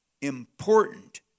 important